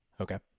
Okay